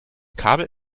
kabel